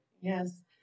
Yes